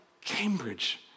Cambridge